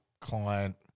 client